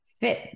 fit